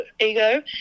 ego